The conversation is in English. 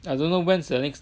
I don't know when is the next